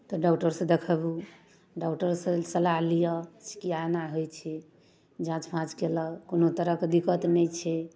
तऽ डॉक्टरसँ देखेबू डॉक्टरसँ सलाह लिअ से किए एना होइ छै जाँच फाँच कएलक कोनो तरहके दिक्कत नहि छै